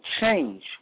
change